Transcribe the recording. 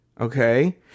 Okay